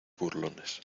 burlones